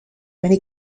many